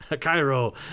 Cairo